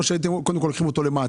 או שקודם כל הייתם לוקחים אותו למעצר,